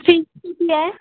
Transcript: fees किती आहे